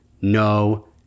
No